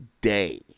day